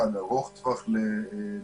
אחד ארוך טווח לנערים,